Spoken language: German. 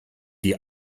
die